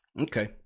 Okay